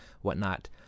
whatnot